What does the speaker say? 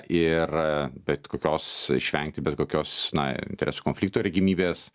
ir bet kokios išvengti bet kokios na interesų konflikto regimybės